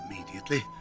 immediately